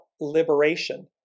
liberation